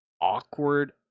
awkward